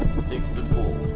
take the gold.